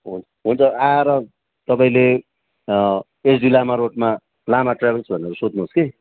हुन् हुन्छ आएर तपाईँले एचडी लामा रोडमा लामा ट्राभल्स भनेर सोध्नुहोस् कि